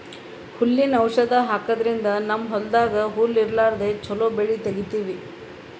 ಹುಲ್ಲಿನ್ ಔಷಧ್ ಹಾಕದ್ರಿಂದ್ ನಮ್ಮ್ ಹೊಲ್ದಾಗ್ ಹುಲ್ಲ್ ಇರ್ಲಾರ್ದೆ ಚೊಲೋ ಬೆಳಿ ತೆಗೀತೀವಿ